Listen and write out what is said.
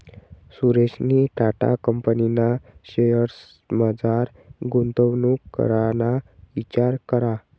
सुरेशनी टाटा कंपनीना शेअर्समझार गुंतवणूक कराना इचार करा